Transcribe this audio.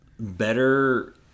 Better